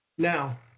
Now